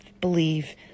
believe